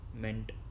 meant